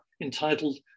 entitled